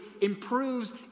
improves